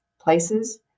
places